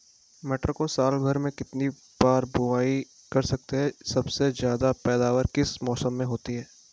मटर को साल भर में कितनी बार बुआई कर सकते हैं सबसे ज़्यादा पैदावार किस मौसम में होती है?